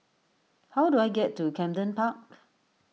how do I get to Camden Park